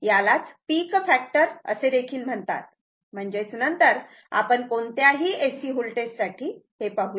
यालाच peak factor असे देखील म्हणतात म्हणजेच नंतर आपण कोणत्याही AC वोल्टेज साठी हे पाहू